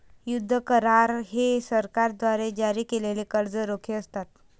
युद्ध करार हे सरकारद्वारे जारी केलेले कर्ज रोखे असतात